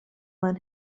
mein